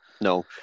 No